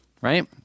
right